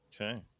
Okay